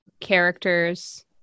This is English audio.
characters